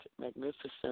magnificent